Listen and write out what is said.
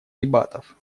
дебатов